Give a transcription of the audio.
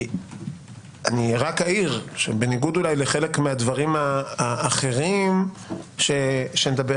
רק אעיר שבניגוד אולי לחלק מהדברים האחרים שנדבר